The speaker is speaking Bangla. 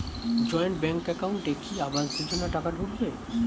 জয়েন্ট ব্যাংক একাউন্টে কি আবাস যোজনা টাকা ঢুকবে?